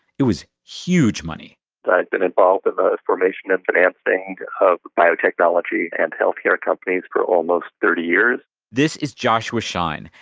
it was huge money i've been involved in the formation of financing of biotechnology and healthcare companies for almost thirty years this is joshua schein.